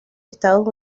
estados